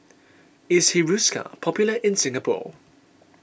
is Hiruscar popular in Singapore